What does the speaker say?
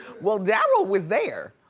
well darryl was there,